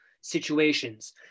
situations